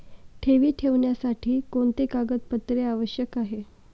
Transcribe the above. ठेवी ठेवण्यासाठी कोणते कागदपत्रे आवश्यक आहे?